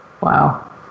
wow